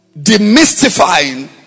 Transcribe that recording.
demystifying